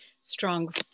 strong